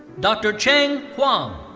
dr. cheng huang.